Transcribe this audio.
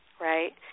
right